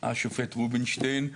השופט רובינשטיין.